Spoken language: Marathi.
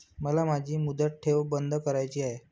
मला माझी मुदत ठेव बंद करायची आहे